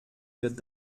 wird